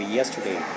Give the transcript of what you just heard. yesterday